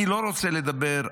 אני לא רוצה לדבר,